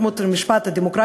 על הנורמות של המשפט הדמוקרטי,